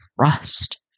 trust